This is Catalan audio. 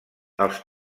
els